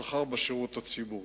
בשכר בשירות הציבורי.